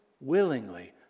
willingly